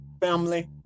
family